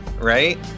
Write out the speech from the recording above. right